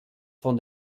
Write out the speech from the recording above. von